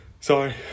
sorry